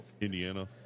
Indiana